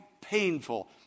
painful